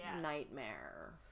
nightmare